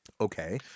Okay